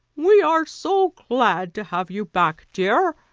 we are so glad to have you back, dear,